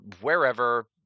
wherever